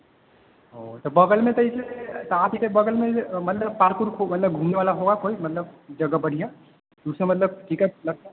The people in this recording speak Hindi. तो बगल में तो एसे तो आप ही के बगल में मतलब पार्क पूर्क हो मतलब घूमने वाला होगा कोई मतलब जगह मतलब बढ़िया उसका मतलब टिकट लगता है